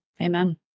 Amen